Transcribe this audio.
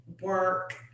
work